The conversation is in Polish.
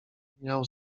miał